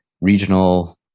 regional